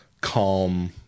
calm